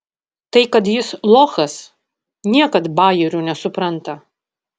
tai kad jis lochas niekad bajerių nesupranta